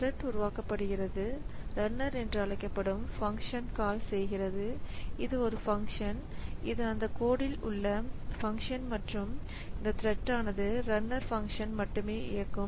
thread உருவாக்கப்படுகிறது runner என்று அழைக்கப்படும் பங்க்ஷன்ஐ கால் செய்கிறது இது ஒரு பங்க்ஷன் இது அந்த கோடில் உள்ள பங்க்ஷன் மற்றும் இந்த த்ரெட் ஆனது ரன்னர் பங்க்ஷன் மட்டுமே இயக்கும்